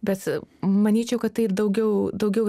bet manyčiau kad tai daugiau daugiau